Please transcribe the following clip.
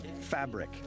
fabric